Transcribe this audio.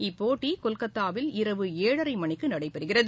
இப்போட்டி கொல்கத்தாவில் இரவு ஏழரை மணிக்கு நடைபெறுகிறது